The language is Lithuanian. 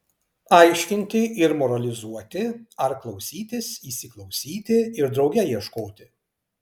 aiškinti ir moralizuoti ar klausytis įsiklausyti ir drauge ieškoti